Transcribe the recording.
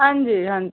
हां जी हां